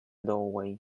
doorway